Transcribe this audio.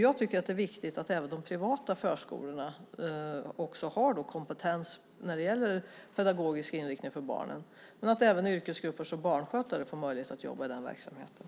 Jag tycker att det är viktigt att även de privata förskolorna har kompetens när det gäller pedagogisk inriktning på barnen och att även en yrkesgrupp som barnskötarna får möjlighet att jobba inom verksamheten.